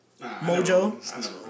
Mojo